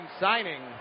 signing